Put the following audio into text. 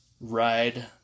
ride